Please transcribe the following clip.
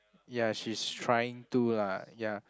ya she's trying to lah ya